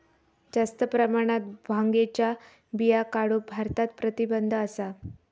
जास्त प्रमाणात भांगेच्या बिया काढूक भारतात प्रतिबंध असा